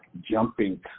jumping